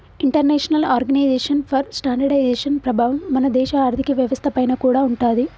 international organisation for standardisation ప్రభావం మన దేశ ఆర్ధిక వ్యవస్థ పైన కూడా ఉంటాది